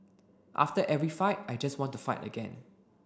after every fight I just want to fight again